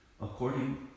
according